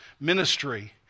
ministry